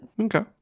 Okay